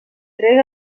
tres